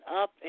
up